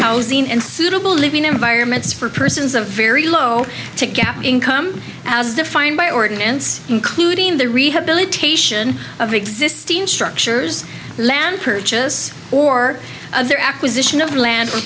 housing and suitable living environments for persons a very low gap income as defined by ordinance including the rehabilitation of existing structures land purchase or their acquisition of land or